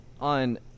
on